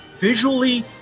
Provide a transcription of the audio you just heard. Visually